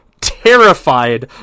terrified